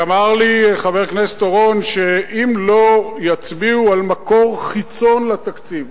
אמר לי חבר הכנסת אורון שאם לא יצביעו על מקור חיצון לתקציב,